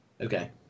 Okay